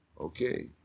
Okay